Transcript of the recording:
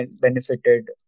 benefited